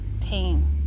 pain